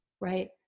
right